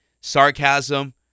sarcasm